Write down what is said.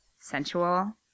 Sensual